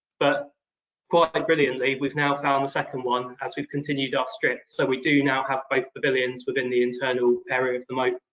but quite like brilliantly, we've now found the second one as we've continued our strip. so we do now have both pavilions within the internal area of the moat.